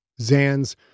Zan's